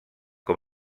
com